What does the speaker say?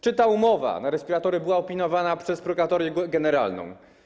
Czy umowa na respiratory była opiniowana przez Prokuratorię Generalną?